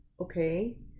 okay